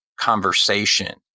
conversation